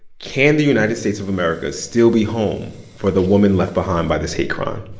can the united states of america still be home for the woman left behind by this hate crime?